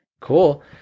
cool